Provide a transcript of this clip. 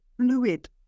fluid